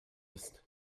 ist